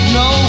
no